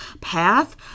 path